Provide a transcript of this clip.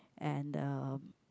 and uh